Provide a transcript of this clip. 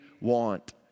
want